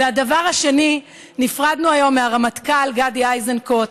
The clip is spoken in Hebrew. והדבר השני, נפרדנו היום מהרמטכ"ל גדי איזנקוט.